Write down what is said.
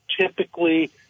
Typically